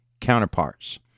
counterparts